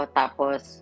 tapos